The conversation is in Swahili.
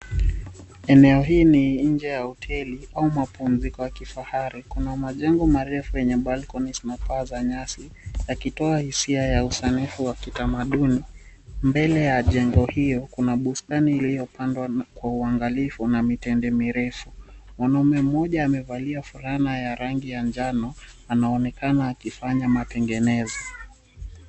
Eneo hili nje ya hoteli au mapumziko ya kifahari kuna majengo marefu zenye balcony zenye paa za nyasi akitoa hisia ya sanifu za kitamaduni. Mbele ya jengo hiyo kuna bustani iliyopandwa kwa uangalifu na mitende mirefu. Mwanaume mmoja amevalia fulana ya rangi ya njano anaonekana akifanya matengenezo.